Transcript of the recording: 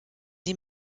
die